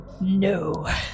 No